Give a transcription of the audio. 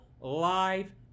live